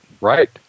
right